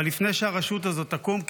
אבל לפני שהרשות הזאת תקום,